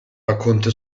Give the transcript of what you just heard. racconta